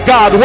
God